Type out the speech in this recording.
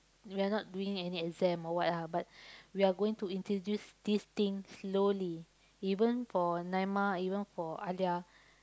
we are not doing any exam or what lah but we are going to introduce this thing slowly even for Naimah even for Alia